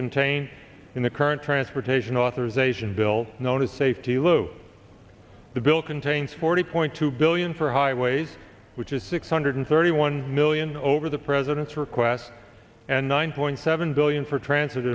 contained in the current transportation authorization bill known as safety lou the bill contains forty point two billion for highways which is six hundred thirty one million over the president's request and nine point seven billion for transit